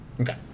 Okay